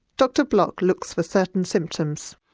dr block looks for certain symptoms.